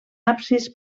absis